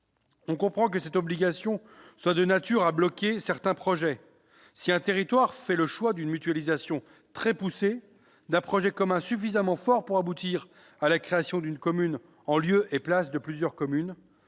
On comprend que cette obligation soit de nature à bloquer certains projets. Si un territoire fait le choix d'une mutualisation très poussée, d'un projet commun suffisamment fort pour aboutir à la création d'une commune en lieu et place de plusieurs,